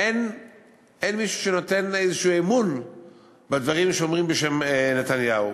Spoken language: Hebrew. אין מישהו שנותן איזשהו אמון בדברים שאומרים בשם נתניהו.